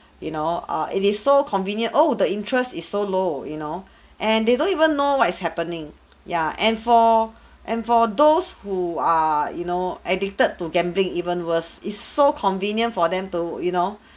you know err it is so convenient oh the interest is so low you know and they don't even know what is happening ya and for and for those who are you know addicted to gambling even worse is so convenient for them to you know